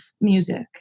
music